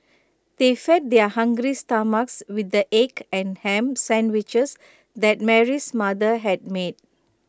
they fed their hungry stomachs with the egg and Ham Sandwiches that Mary's mother had made